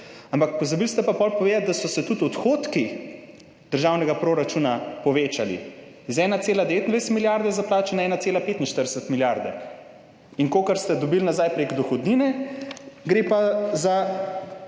Ampak pozabili ste pa potem povedati, da so se tudi odhodki državnega proračuna povečali z 1,29 milijarde za plače na 1,45 milijarde. In kolikor ste dobili nazaj preko dohodnine, gre pa z